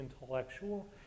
intellectual